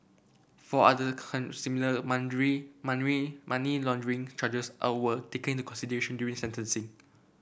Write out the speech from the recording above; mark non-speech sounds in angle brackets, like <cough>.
four other <unintelligible> similar <unintelligible> money laundering charges are were taken into consideration during sentencing